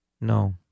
No